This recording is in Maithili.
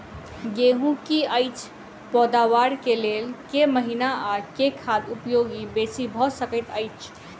गेंहूँ की अछि पैदावार केँ लेल केँ महीना आ केँ खाद उपयोगी बेसी भऽ सकैत अछि?